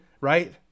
right